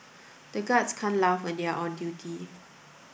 the guards can't laugh when they are on duty